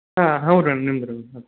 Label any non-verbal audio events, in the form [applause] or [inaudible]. ಹಾಂ ಹೌದು ರೀ ನಿಮ್ದು ರೀ [unintelligible]